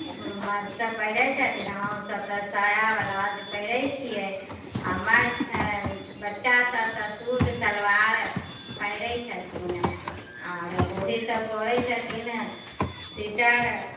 मर्दसभ पहिरै छथिन हमसभ तऽ साया ब्लाउज पहिरै छियै आ मर्द बच्चासभ तऽ सूट सलवार पहिरै छथिन आओर उएहसभ करै छथिन स्वीटर